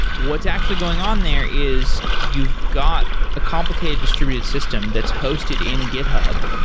what's actually going on there is you've got a complicated distributed system that's hosted in github,